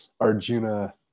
Arjuna